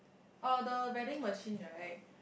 oh the vending machine right